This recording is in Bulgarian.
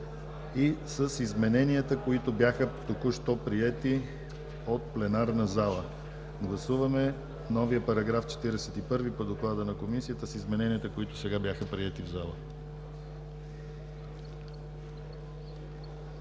и с измененията, които бяха току-що приети от пленарната зала. Гласуваме новия § 41 по доклада на Комисията с измененията, които сега бяха приети в залата.